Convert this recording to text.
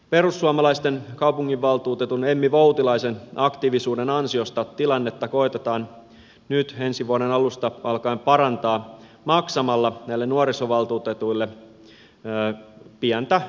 perussuomalaisten kaupunginvaltuutetun emmi voutilaisen aktiivisuuden ansioista tilannetta koetetaan nyt ensi vuoden alusta alkaen parantaa maksamalla näille nuorisovaltuutetuille pientä kokouspalkkiota